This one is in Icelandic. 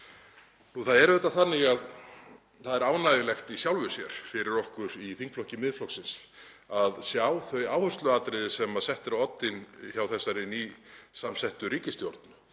Það er auðvitað þannig að það er ánægjulegt í sjálfu sér fyrir okkur í þingflokki Miðflokksins að sjá þau áhersluatriði sem sett eru á oddinn hjá þessari nýsamsettu ríkisstjórn